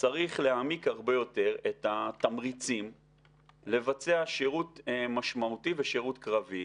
צריך להעמיק הרבה יותר את התמריצים לבצע שירות משמעותי ושירות קרבי,